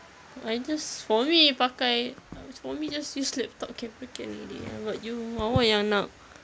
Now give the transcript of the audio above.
I just for me pakai for me just use laptop camera can already but you awak yang nak